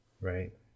Right